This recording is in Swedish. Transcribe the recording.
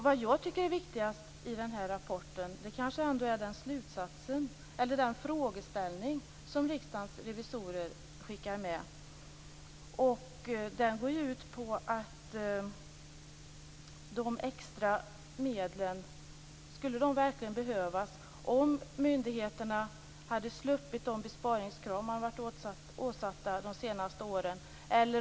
Vad jag tycker är viktigast i rapporten är den frågeställning som Riksdagens revisorer skickar med, nämligen om de extra medlen verkligen skulle ha behövts om myndigheterna hade sluppit de besparingskrav som de varit åsatta de senaste åren.